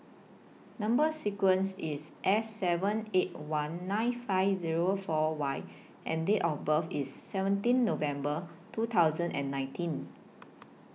Number sequence IS S seven eight one nine five Zero four Y and Date of birth IS seventeen November two thousand and nineteen